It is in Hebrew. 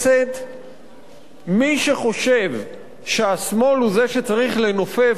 מי שחושב שהשמאל הוא זה שצריך לנופף בדגל הגירעון התקציבי,